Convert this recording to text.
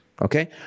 Okay